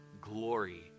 glory